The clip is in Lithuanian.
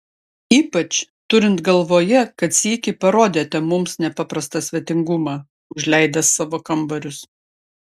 ypač turint galvoje kad sykį parodėte mums nepaprastą svetingumą užleidęs savo kambarius